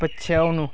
पछ्याउनु